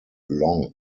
long